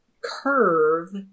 curve